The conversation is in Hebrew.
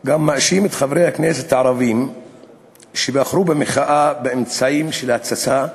גם מאשים את חברי הכנסת הערבים שבחרו במחאה באמצעים של התססה והסתה.